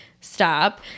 stop